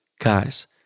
guys